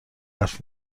حرف